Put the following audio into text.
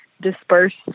dispersed